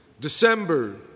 December